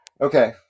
okay